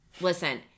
Listen